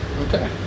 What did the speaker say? Okay